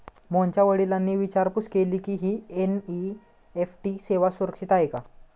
मोहनच्या वडिलांनी विचारपूस केली की, ही एन.ई.एफ.टी सेवा सुरक्षित आहे का?